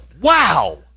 wow